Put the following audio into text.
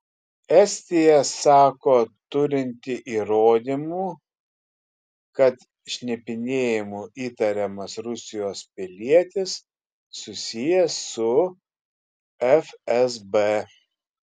estija sako turinti įrodymų kad šnipinėjimu įtariamas rusijos pilietis susijęs su fsb